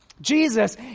Jesus